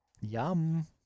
Yum